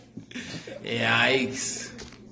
Yikes